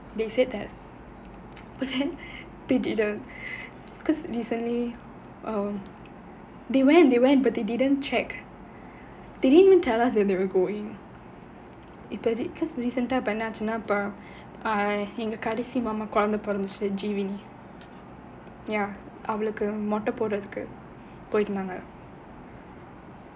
they said that but then they didn't because recently oh they went they went but they didn't check they didn't even tell us they were going இப்ப:ippa recent ah இப்போ என்ன ஆச்சுன்னா எங்க கடைசி மாமா குழந்தை பொறந்துச்சு:enna aachunaa enga kadaisi mama kuzhanthai poranthuchu jeevini ya அவளுக்கு மொட்டை போடுறதுக்கு போயிருந்தாங்க:avalukku mottai podurathukku poyirunthaanaga